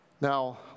Now